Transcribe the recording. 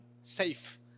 safe